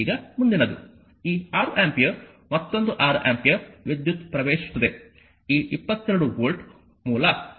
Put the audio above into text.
ಈಗ ಮುಂದಿನದು ಈ 6 ಆಂಪಿಯರ್ ಮತ್ತೊಂದು 6 ಆಂಪಿಯರ್ ವಿದ್ಯುತ್ ಪ್ರವೇಶಿಸುತ್ತದೆ ಈ 22 ವೋಲ್ಟ್ ಮೂಲ